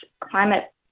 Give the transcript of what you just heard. climate